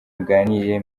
muganire